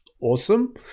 awesome